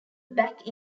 back